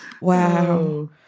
Wow